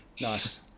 Nice